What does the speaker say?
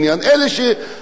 והם עובדים בבניין,